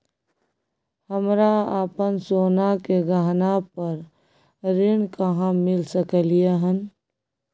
हमरा अपन सोना के गहना पर ऋण कहाॅं मिल सकलय हन?